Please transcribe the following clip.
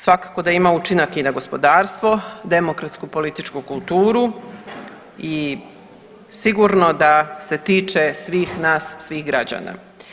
Svakako da ima učinak i na gospodarstvo, demokratsku političku kulturu i sigurno da se tiče svih nas, svih građana.